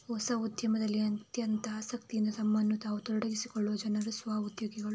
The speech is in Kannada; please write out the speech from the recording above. ಹೊಸ ಉದ್ಯಮದಲ್ಲಿ ಅತ್ಯಂತ ಆಸಕ್ತಿಯಿಂದ ತಮ್ಮನ್ನು ತಾವು ತೊಡಗಿಸಿಕೊಳ್ಳುವ ಜನರು ಸ್ವ ಉದ್ಯೋಗಿಗಳು